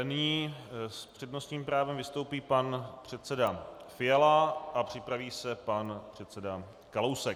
Nyní s přednostním právem vystoupí pan předseda Fiala a připraví se pan předseda Kalousek.